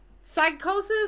psychosis